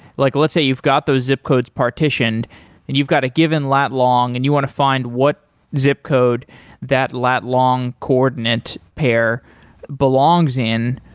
like let's say you've got those zip codes partitioned and you've got a given lat long and you want to find what zip code that lat long coordinate pair belongs in,